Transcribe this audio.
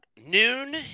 noon